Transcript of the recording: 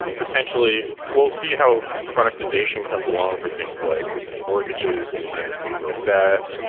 potentially we'll see how productization comes along for things like mortgages and advance things like that.